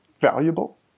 valuable